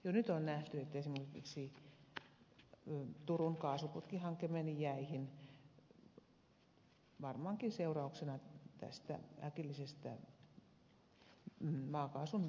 jo nyt on nähty että esimerkiksi turun kaasuputkihanke meni jäihin varmaankin seurauksena tästä äkillisestä maakaasun verotusmuutoksesta